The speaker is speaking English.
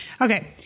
Okay